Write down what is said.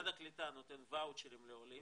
משרד הקליטה נותן ואוצ'רים לעולים.